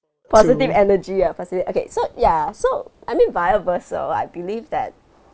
positive energy ah positive okay so ya so I mean vice versa I believe that